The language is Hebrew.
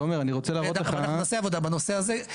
אנחנו נעשה עבודה בנושא הזה.